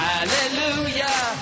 Hallelujah